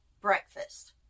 breakfast